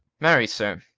marry, sir,